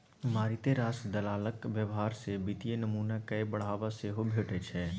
मारिते रास दलालक व्यवहार सँ वित्तीय नमूना कए बढ़ावा सेहो भेटै छै